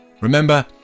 Remember